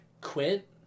quit